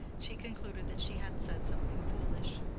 she concluded that she had said something foolish.